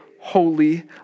holy